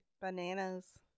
Bananas